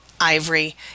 ivory